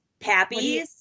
pappies